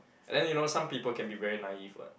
and then you know some people can be very naive [what]